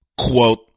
Quote